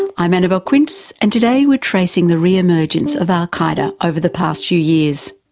i'm annabelle quince, and today we are tracing the re-emergence of al qaeda over the past few years.